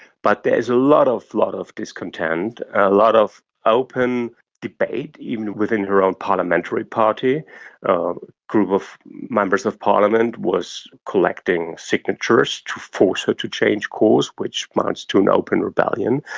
but there is a lot of lot of discontent, a lot of open debate, even within her own parliamentary party. a group of members of parliament was collecting signatures to force her to change course, which amounts to an open rebellion.